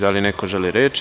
Da li neko želi reč?